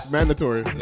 Mandatory